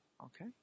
Okay